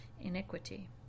iniquity